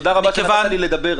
תודה רבה רק שנתת לי לדבר,